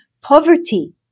poverty